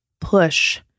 push